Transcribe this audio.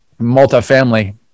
multifamily